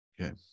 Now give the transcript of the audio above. okay